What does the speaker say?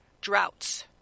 droughts